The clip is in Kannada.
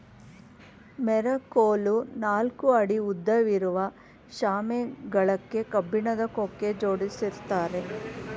ಮೆರಕೋಲು ನಾಲ್ಕು ಅಡಿ ಉದ್ದವಿರುವ ಶಾಮೆ ಗಳಕ್ಕೆ ಕಬ್ಬಿಣದ ಕೊಕ್ಕೆ ಜೋಡಿಸಿರ್ತ್ತಾರೆ